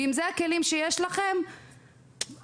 אם זה הכלים שיש לכם זה חבל,